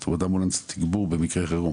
זאת אומרת אמבולנס תגבור במקרי חירום.